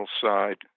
side